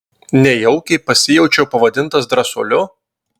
nejaukiai pasijaučiau pavadintas drąsuoliu